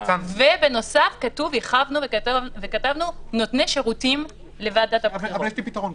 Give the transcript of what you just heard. בנוסף הרחבנו וכתבנו: נותני שירותים לוועדת הבחירות.